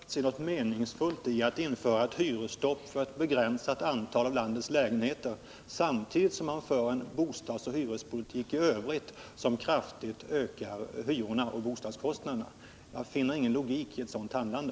Herr talman! Jag har svårt att se något meningsfullt i att införa ett hyresstopp för ett begränsat antal av landets lägenheter samtidigt som man för en bostadsoch hyrespolitik i övrigt som kraftigt ökar hyrorna och andra bostadskostnader nästa år. Jag finner ingen logik i ett sådant handlande.